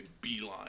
beeline